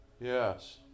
yes